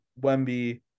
wemby